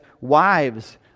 wives